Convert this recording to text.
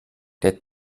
der